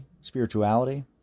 spirituality